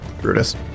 Brutus